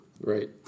Right